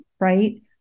right